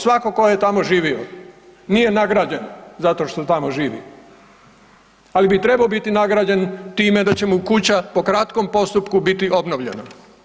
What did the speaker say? Svako ko je tamo živio nije nagrađen zato što tamo živi, ali bi trebao biti nagrađen time da će mu kuća po kratkom postupku biti obnovljena.